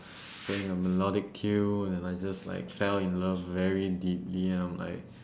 playing a melodic tune and I just like fell in love very deeply and I'm like